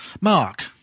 Mark